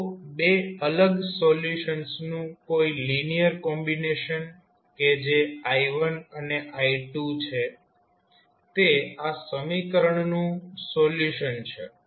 તો બે અલગ સોલ્યુશન્સનું કોઇ લિનિયર કોમ્બિનેશન કે જે i1 અને i2 છે તે આ સમીકરણનું સોલ્યુશન છે